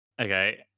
Okay